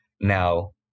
Now